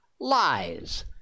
lies